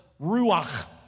ruach